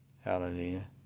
Hallelujah